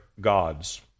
gods